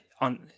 on